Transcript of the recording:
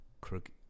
Crooked